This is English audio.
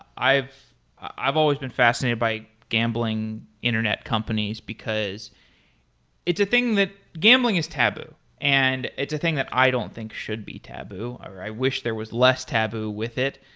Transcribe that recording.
i have always been fascinated by gambling internet companies, because it's a thing that gambling is taboo and it's a thing that i don't think should be taboo. i wish there was less taboo with it,